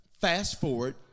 fast-forward